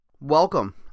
Welcome